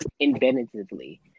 inventively